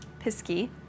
pisky